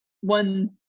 One